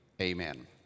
amen